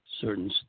certain